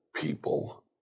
people